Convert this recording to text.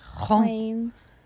planes